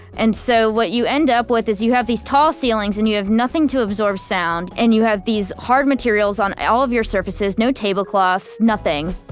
and so what you end up with is you have these tall ceilings, and you have nothing to absorb sound, and you have these hard materials on all of your surfaces, no tablecloths, nothing